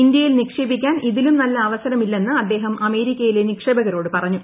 ഇന്ത്യയിൽ നിക്ഷേപിക്കാൻ ഇതിലും നല്ല അവസര മില്ലെന്ന് അദ്ദേഹം അമേരിക്കയിലെ നിക്ഷേപകരോട് പറഞ്ഞു